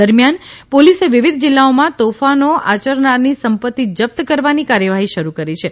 દરમિયાન પોલીસે વિવિધ જીલ્લાઓમાં તોફાનો આયરનારની સંપત્તિ જપ્ત કરવાની કાર્યવાફી શરૂ કરી છે